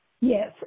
Yes